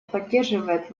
поддерживает